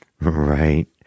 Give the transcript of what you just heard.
Right